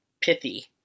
pithy